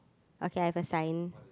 ok have a sign